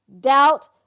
doubt